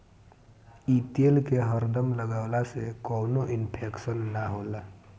इ तेल के हरदम लगवला से कवनो इन्फेक्शन ना होला